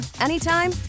anytime